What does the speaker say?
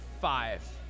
five